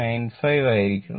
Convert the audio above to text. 95 ആയിരിക്കണം